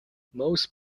most